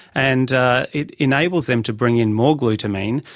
and it enables them to bring in more glutamine,